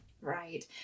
Right